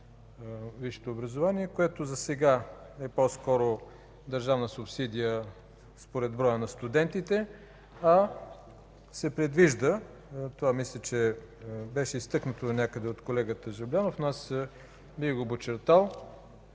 висшето образование, което засега е по-скоро държавна субсидия според броя на студентите, а се предвижда – това мисля, че беше изтъкнато донякъде от колегата Жаблянов, но аз бих го подчертал,